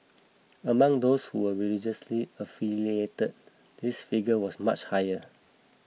among those who were religiously affiliated this figure was much higher